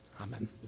Amen